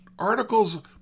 Articles